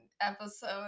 episode